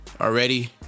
Already